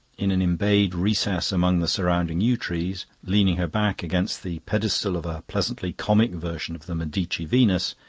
in an embayed recess among the surrounding yew trees, leaning her back against the pedestal of a pleasantly comic version of the medici venus,